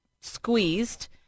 squeezed